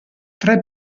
tre